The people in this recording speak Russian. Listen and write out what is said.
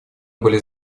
были